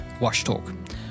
washtalk